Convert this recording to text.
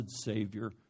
Savior